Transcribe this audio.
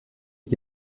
est